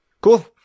Cool